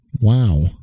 wow